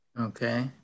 Okay